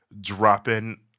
dropping